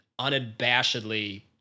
unabashedly